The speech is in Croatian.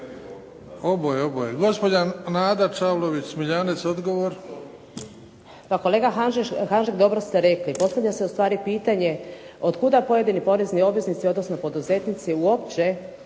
odgovor. **Čavlović Smiljanec, Nada (SDP)** Pa kolega Hanžek dobro ste rekli. Postavlja se ustvari pitanje od kuda pojedini porezni obveznici, odnosno poduzetnici uopće